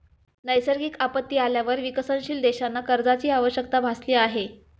नैसर्गिक आपत्ती आल्यावर विकसनशील देशांना कर्जाची आवश्यकता भासली आहे